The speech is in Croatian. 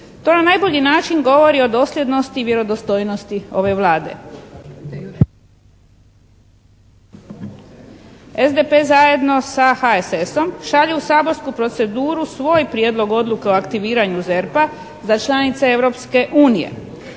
To na najbolji način govori o dosljednosti i vjerodostojnosti ove Vlade. SDP zajedno sa HSS-om šalje u saborsku proceduru svoj Prijedlog odluke o aktiviranju ZERP-a za članice